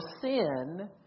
sin